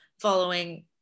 following